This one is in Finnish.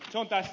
se on tässä